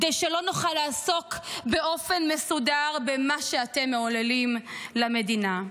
כדי שלא נוכל לעסוק באופן מסודר במה שאתם מעוללים למדינה.